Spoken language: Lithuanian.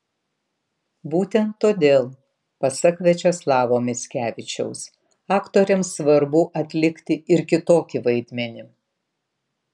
būtent todėl pasak viačeslavo mickevičiaus aktoriams svarbu atlikti ir kitokį vaidmenį